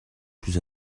plus